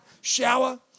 shower